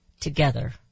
together